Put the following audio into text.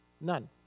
None